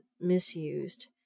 misused